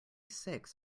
six